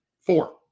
Four